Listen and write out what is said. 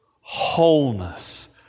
wholeness